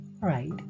Right